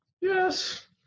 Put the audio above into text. Yes